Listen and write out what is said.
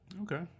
Okay